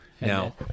Now